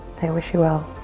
wish you well.